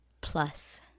Plus